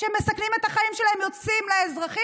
שמסכנים את החיים שלהם יוצאים לאזרחות,